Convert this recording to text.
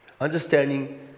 understanding